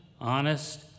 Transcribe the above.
honest